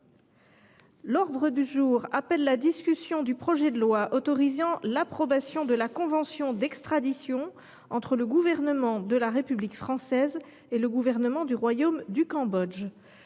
L’ordre du jour appelle la discussion du projet de loi autorisant l’approbation de la convention d’extradition entre le Gouvernement de la République française et le Gouvernement du Royaume du Cambodge